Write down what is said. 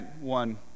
one